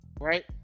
right